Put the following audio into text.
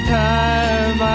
time